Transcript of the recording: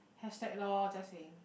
hashtag lor just saying